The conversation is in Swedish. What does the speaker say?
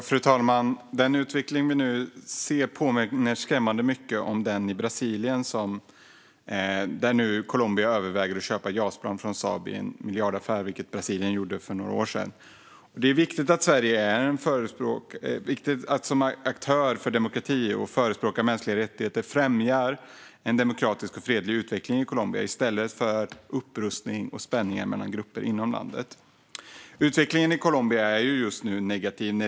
Fru talman! Den utveckling vi nu ser i Colombia påminner skrämmande mycket om den i Brasilien. Colombia överväger nu att köpa Jas-plan från Saab i vad som kan bli en miljardaffär, vilket Brasilien gjorde för några år sedan. Det är viktigt att Sverige som aktör för demokrati och förespråkare av mänskliga rättigheter främjar en demokratisk och fredlig utveckling i Colombia i stället för upprustning och spänning mellan grupper inom landet. Utvecklingen i Colombia är just nu negativ.